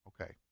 okay